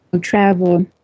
travel